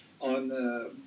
on